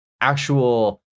actual